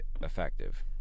effective